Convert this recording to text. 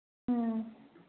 ꯑꯥ